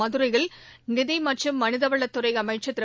மதுரையில் நிதி மற்றும் மளிதவள் துறை அளமச்ச் திரு